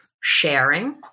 sharing